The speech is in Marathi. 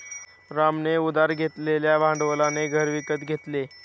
रामने उधार घेतलेल्या भांडवलाने घर विकत घेतले